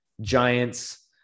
Giants